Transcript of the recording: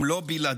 אם לא בלעדי,